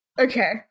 Okay